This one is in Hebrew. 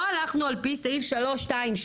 לא הלכנו על פי סעיף 327,